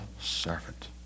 servant